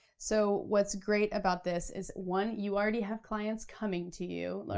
so what's great about this is one, you already have clients coming to you, like